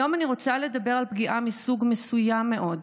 היום אני רוצה לדבר על פגיעה מסוג מסוים מאוד,